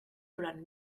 durant